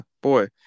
boy